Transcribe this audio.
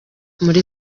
muri